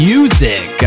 Music